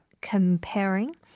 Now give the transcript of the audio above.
comparing